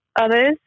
others